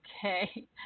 Okay